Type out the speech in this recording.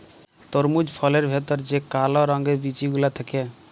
তরমুজ ফলের ভেতর যে কাল রঙের বিচি গুলা থাক্যে